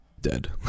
dead